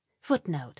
footnote